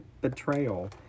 betrayal